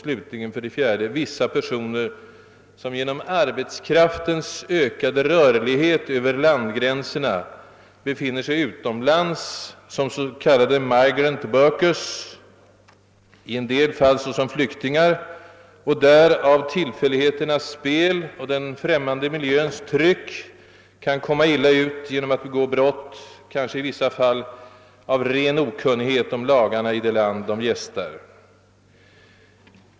Slutligen vissa personer som genom arbetskraftens ökade rörlighet över landgränserna befinner sig utomlands som s.k. migrant workers, i en del fall såsom flyktingar, och där av tillfälligheternas spel och den främmande miljöns tryck kan råka illa ut genom att begå brott, kanske i vissa fall av ren okunnighet om lagarna i det land de gästar.